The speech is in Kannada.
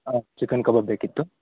ಹಾಂ ಚಿಕನ್ ಕಬಾಬ್ ಬೇಕಿತ್ತು